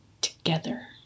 together